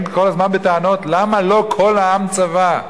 כל הזמן בטענות למה לא "כל העם צבא",